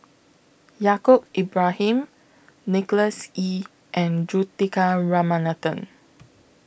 Yaacob Ibrahim Nicholas Ee and Juthika Ramanathan